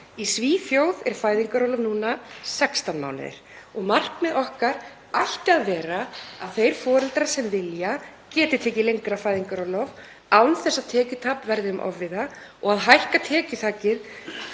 Í Svíþjóð er fæðingarorlof núna 16 mánuðir og markmið okkar ætti að vera að þeir foreldrar sem vilja geti tekið lengra fæðingarorlof án þess að tekjutap verði þeim ofviða. Hækkun tekjuþaksins